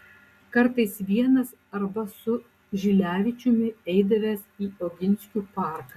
kartais vienas arba su žilevičiumi eidavęs į oginskių parką